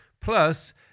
Plus